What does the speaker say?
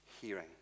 hearing